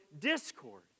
discord